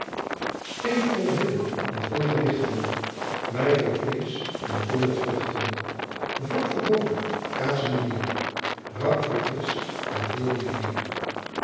steên vol wil en vol gewichten wei vol vleesch en vol met vruchten vak vol boter kaas en bier rak vol visch en vol rivier